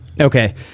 Okay